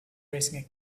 racing